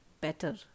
better